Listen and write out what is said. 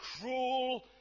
cruel